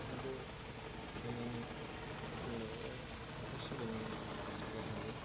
बिफांखौ गायनानै जोथोन लायाब्ला न'खर सालायनायाव खस्थ' जाखायो